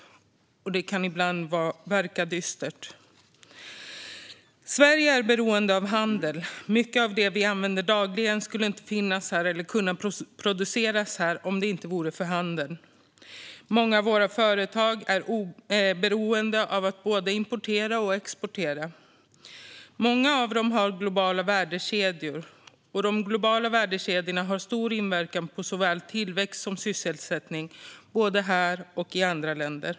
Det kan ibland verka dystert. Sverige är beroende av handel. Mycket av det vi använder dagligen skulle inte finnas här eller kunna produceras här om det inte vore för handeln. Många av våra företag är beroende av att både importera och exportera. Många av dem har globala värdekedjor, och de globala värdekedjorna har stor inverkan på såväl tillväxt som sysselsättning både här och i andra länder.